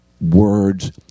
words